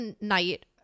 night